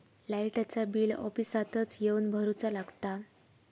लाईटाचा बिल ऑफिसातच येवन भरुचा लागता?